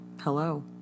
Hello